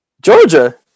Georgia